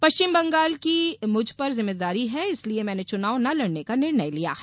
पश्चिमबंगाल की मुझ पर जिम्मेदारी है इसलिये मैंने चुनाव न लड़ने का निर्णय लिया है